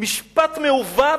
משפט מעוות.